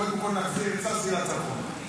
קודם כול נחזיר את ששי לצפון,